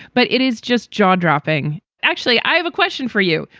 but it is just jaw dropping. actually, i have a question for you.